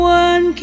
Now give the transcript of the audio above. one